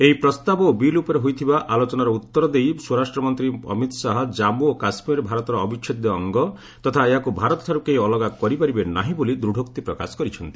ଏହି ପ୍ରସ୍ତାବ ଓ ବିଲ୍ ଉପରେ ହୋଇଥିବା ଆଲୋଚନାର ଉତ୍ତର ଦେଇ ସ୍ୱରାଷ୍ଟ୍ର ମନ୍ତ୍ରୀ ଅମିତ ଶାହା ଜାଞ୍ଚ ଓ କାଶ୍ୱୀର ଭାରତର ଅବିଚ୍ଛେଦ୍ୟ ଅଙ୍ଗ ତଥା ଏହାକୁ ଭାରତଠାରୁ କେହି ଅଲଗା କରିପାରିବେ ନାହିଁ ବୋଲି ଦୂଢୋକ୍ତି ପ୍ରକାଶ କରିଛନ୍ତି